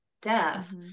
death